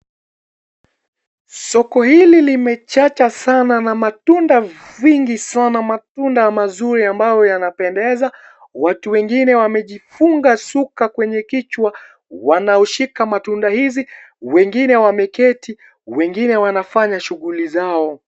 Soko hili limechacha sana na matunda vingi sana, matunda mazuri ambayo yanapendeza, watu wengine wamejifunga shuka kwenye kichwa wanaoshika matunda hizi, wengine wameketi, wengine wanafanya shughuli zao.